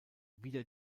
wider